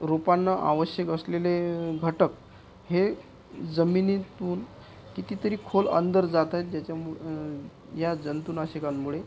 रोपांना आवश्यक असलेले घटक हे जमिनीतून कितीतरी खोल अंदर जात आहेत त्याच्यामु या जंतुनाशकांमुळे